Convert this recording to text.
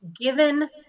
given